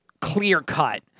clear-cut